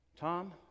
Tom